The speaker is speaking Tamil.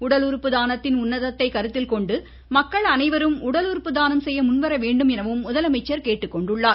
உடல் உறுப்பு தானத்தின் உன்னதத்தை கருத்தில் கொண்டு மக்கள் அனைவரும் உடல் உறுப்பு தானம் செய்ய முன் வரவேண்டும் எனவும் முதலமைச்சர் கேட்டுக்கொண்டுள்ளார்